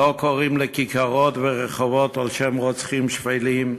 לא קוראים לכיכרות ולרחובות על שם רוצחים שפלים.